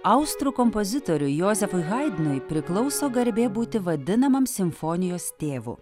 austrų kompozitoriui jozefui haidnui priklauso garbė būti vadinamam simfonijos tėvu